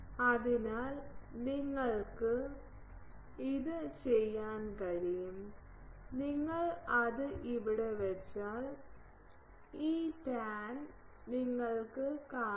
അതിനാൽ നിങ്ങൾക്കത് ചെയ്യാൻ കഴിയും നിങ്ങൾ അത് അവിടെ വച്ചാൽ ഈ റ്റാൻ നിങ്ങൾ കാണും